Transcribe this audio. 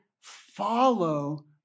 follow